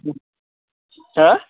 হা